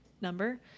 number